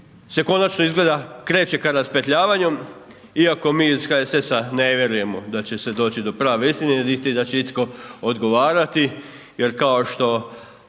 se konačno izgleda kreće ka raspetljavanju iako mi iz HSS-a ne vjerujemo da će se doći do pravne istine niti da će itko odgovarati jer kao što